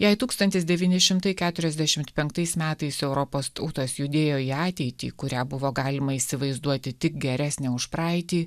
jei tūkstantis devyni šimtai keturiasdešimt penktais metais europos tautos judėjo į ateitį kurią buvo galima įsivaizduoti tik geresnę už praeitį